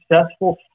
successful